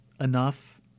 enough